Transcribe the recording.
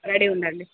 ready ఉండండీ